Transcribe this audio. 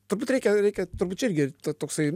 turbūt reikia reikia turbūt čia irgi to toksai